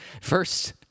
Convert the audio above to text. First